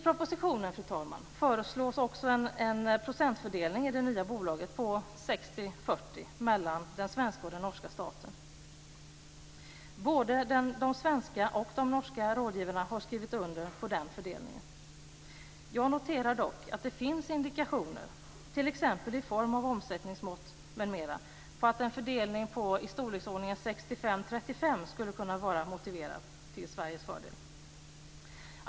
I propositionen föreslås en procentfördelning i det nya bolaget på 60 35 till Sveriges fördel skulle kunna vara motiverad.